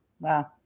Wow